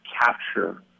capture